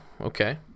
Okay